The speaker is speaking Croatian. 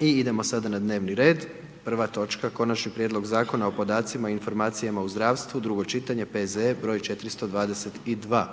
i idemo sada na dnevni red. Prva točka: - Konačni prijedlog Zakona o podacima i informacijama u zdravstvu, drugo čitanje, P.Z.E. br. 422